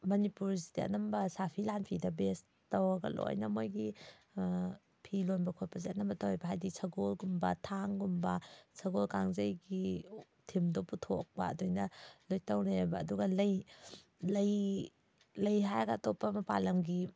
ꯃꯅꯤꯄꯨꯔꯁꯤꯗ ꯑꯅꯝꯕ ꯁꯥꯐꯤ ꯂꯥꯟꯐꯤꯗ ꯕꯦꯖ ꯇꯧꯔꯒ ꯂꯣꯏꯅ ꯃꯣꯏꯒꯤ ꯐꯤ ꯂꯣꯟꯕ ꯈꯣꯠꯄꯁꯦ ꯑꯅꯝꯕ ꯇꯧꯋꯦꯕ ꯍꯥꯏꯗꯤ ꯁꯒꯣꯜꯒꯨꯝꯕ ꯊꯥꯡꯒꯨꯝꯕ ꯁꯒꯣꯜ ꯀꯥꯡꯖꯩꯒꯤ ꯊꯤꯝꯗꯣ ꯄꯨꯊꯣꯛꯄ ꯑꯗꯨꯃꯥꯏꯅ ꯂꯣꯏ ꯇꯧꯅꯩꯌꯦꯕ ꯑꯗꯨꯒ ꯂꯩ ꯂꯩ ꯂꯩ ꯍꯥꯏꯔꯒ ꯑꯇꯣꯞꯄ ꯃꯄꯥꯜ ꯂꯝꯒꯤ